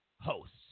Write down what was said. hosts